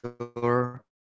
sure